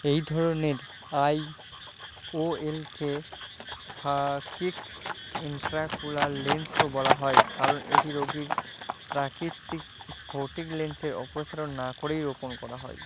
এই ধরনের আইওএলকে ফাকিক ইন্ট্রাকুলার লেন্সও বলা হয় কারণ এটি রোগীর প্রাকৃতিক স্ফটিক লেন্সের অপসারণ না করেই রোপণ করা হয়